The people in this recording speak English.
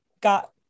got